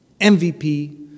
MVP